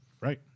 Right